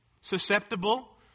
susceptible